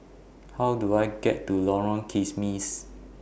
How Do I get to Lorong Kismis